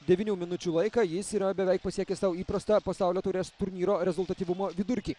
devynių minučių laiką jis yra beveik pasiekęs sau įprastą pasaulio taurės turnyro rezultatyvumo vidurkį